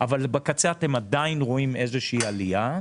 אבל בקצה אתם עדיין רואים איזו עלייה.